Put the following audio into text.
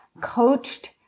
coached